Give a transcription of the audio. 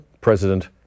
President